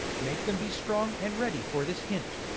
make them be strong, and ready for this hint,